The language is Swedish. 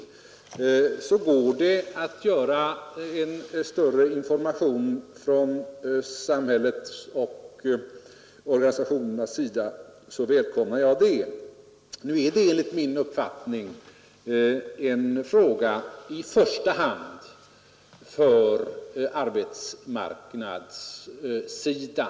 Om det alltså är möjligt att få till stånd ett större informationsutbud från samhället och organisationerna, skulle jag välkomna detta. Nu är det enligt min uppfattning en fråga i första hand för arbetsmarknadsområdet.